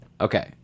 Okay